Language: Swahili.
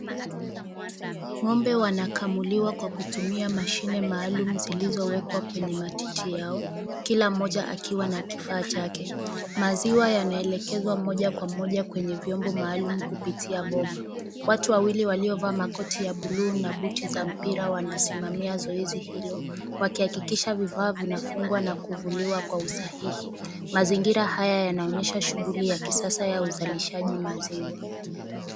Ng'ombe wanakamuliwa kwa kutumia mashini maalum zilizowekwa kwenye matiti yao. Kila mmoja akiwa na kifaa chake. Maziwa yanaelekezwa moja kwa moja kwenye viombo maalum kupitia boma. Watu wawili waliovaa makoti ya buluu na buti za mpira wanasimamia zoezi hilo wakihakikisha vifaa vinafungwa na kuvuliwa kwa usahihi. Mazingira haya yanaonyesha shughuli ya kisasa ya uzalishaji maziwa.